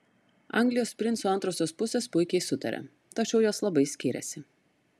anglijos princų antrosios pusės puikiai sutaria tačiau jos labai skiriasi